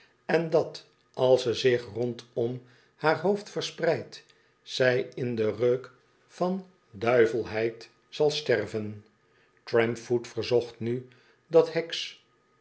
en dat als ze zich rondom haar hoofd verspreidt zij in den reuk van duivel heid zal sterven trampfoot verzocht nu dat heks